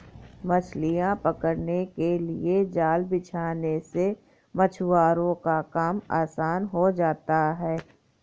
मछलियां पकड़ने के लिए जाल बिछाने से मछुआरों का काम आसान हो जाता है